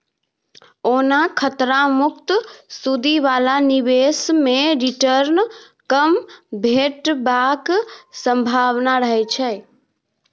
ओना खतरा मुक्त सुदि बला निबेश मे रिटर्न कम भेटबाक संभाबना रहय छै